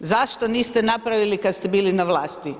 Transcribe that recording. Zašto niste napravili kad ste bili na vlasti?